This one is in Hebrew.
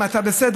אם אתה בסדר,